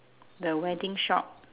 the wedding shop